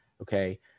okay